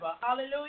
Hallelujah